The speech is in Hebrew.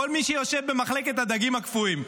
כל מי שיושב במחלקת הדגים הקפואים,